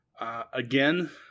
Again